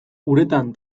uretan